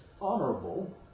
honorable